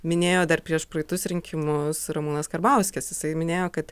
minėjo dar prieš praeitus rinkimus ramūnas karbauskis jisai minėjo kad